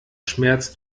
schmerz